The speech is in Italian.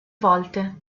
volte